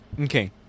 Okay